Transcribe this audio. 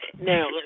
Now